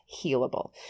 healable